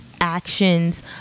actions